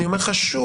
אני אומר לך שוב.